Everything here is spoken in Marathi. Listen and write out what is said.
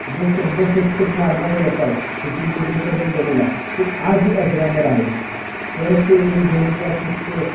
जो शंभर शतक मारण्याचा रेकॉर्ड सचिन तेंडुलकरने बनवला तो आजही अजरामर आहे परत तो एम एस धोनीचा सिक्स